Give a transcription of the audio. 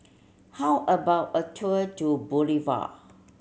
how about a tour to Bolivia